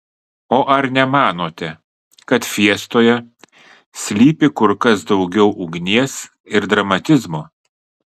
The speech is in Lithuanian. o ar nemanote kad fiestoje slypi kur kas daugiau ugnies ir dramatizmo